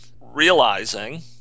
realizing